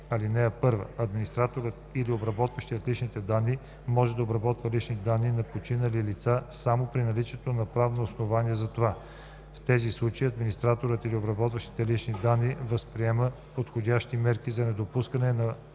25е. (1) Администраторът или обработващият лични данни може да обработва лични данни на починали лица само при наличие на правно основание за това. В тези случаи администраторът или обработващият лични данни предприема подходящи мерки за недопускане на